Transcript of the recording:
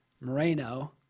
Moreno